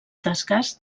desgast